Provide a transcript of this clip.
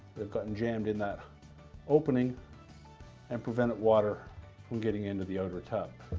they've gotten jammed in that opening and prevented water from getting into the outer tub.